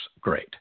great